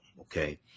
Okay